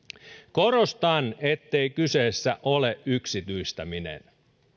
korostan ettei kyseessä ole yksityistäminen